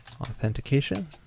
authentication